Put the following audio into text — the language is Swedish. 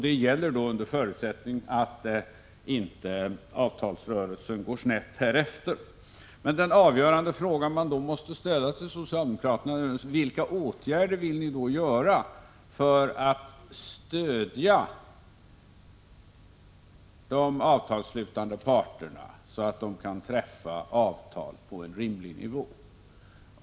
Detta gäller under förutsättning att inte avtalsrörelsen går snett. Den avgörande fråga som man då måste ställa till socialdemokraterna är naturligtvis: Vilka åtgärder vill ni vidta för att stödja de avtalsslutande parterna, så att de kan träffa avtal på en rimlig nivå?